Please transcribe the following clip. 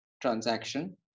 transaction